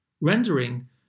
rendering